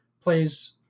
plays